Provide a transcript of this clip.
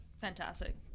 Fantastic